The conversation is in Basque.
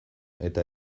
eta